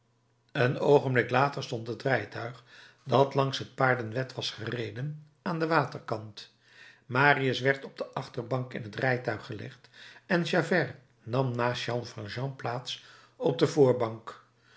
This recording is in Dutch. een oogenblik later stond het rijtuig dat langs het paardenwed was gereden aan den waterkant marius werd op de achterbank in het rijtuig gelegd en javert nam naast jean valjean plaats op de voorbank